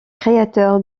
créateur